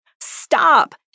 stop